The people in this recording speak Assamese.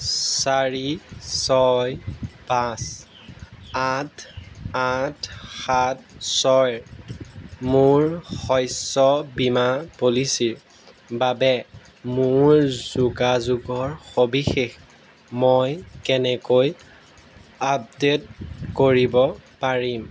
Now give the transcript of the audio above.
চাৰি ছয় পাঁচ আঠ আঠ সাত ছয় মোৰ শস্য বীমা পলিচিৰ বাবে মোৰ যোগাযোগৰ সবিশেষ মই কেনেকৈ আপডেট কৰিব পাৰিম